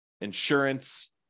insurance